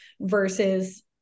versus